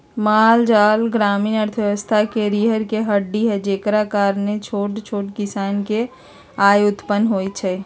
माल जाल ग्रामीण अर्थव्यवस्था के रीरह के हड्डी हई जेकरा कारणे छोट छोट किसान के आय उत्पन होइ छइ